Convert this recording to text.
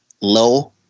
low